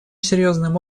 серьезным